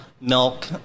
milk